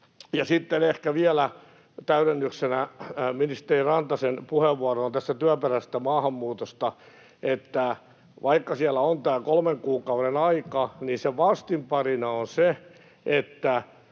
sitten ehkä vielä täydennyksenä ministeri Rantasen puheenvuoroon työperäisestä maahanmuutosta, että vaikka siellä on tämä kolmen kuukauden aika, niin sen vastinparina on se, että